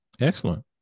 Excellent